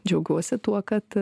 džiaugiuosi tuo kad